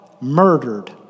murdered